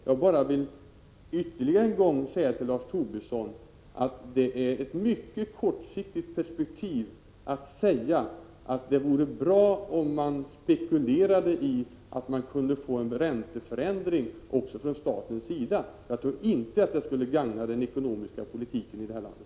Jag vill bara ytterligare en gång säga till Lars Tobisson: Det är att se detta i ett mycket kortsiktigt perspektiv att säga att det vore bra om man spekulerade i en ränteförändring också från statens sida. Jag tror inte att någonting sådant skulle gagna den ekonomiska politiken i det här landet.